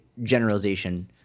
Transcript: generalization